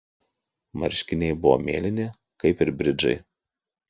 marškiniai buvo mėlyni kaip ir bridžai